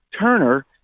Turner